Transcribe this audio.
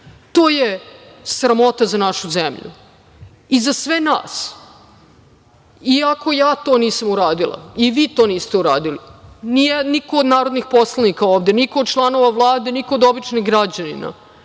To je sramota za našu zemlju i za sve nas, iako ja to nisam uradila, i vi to niste uradili, nije niko od narodnih poslova ovde, niko od članova Vlade, niko od običnih građana.